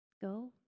Go